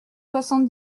soixante